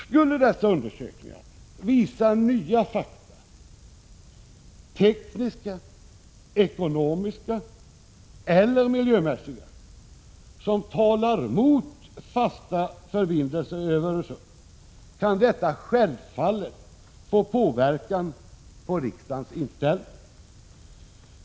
Skulle dessa undersökningar visa nya fakta — tekniska, ekonomiska eller miljömässiga — som talar mot fasta förbindelser över Öresund, kan detta självfallet påverka riksdagens inställning.